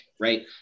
right